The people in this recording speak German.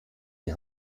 die